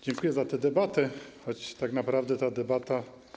Dziękuję za tę debatę, choć tak naprawdę ta debata.